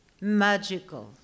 magical